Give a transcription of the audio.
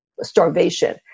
starvation